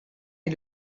est